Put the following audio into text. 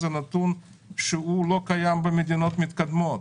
זה נתון שלא קיים במדינות מתקדמות.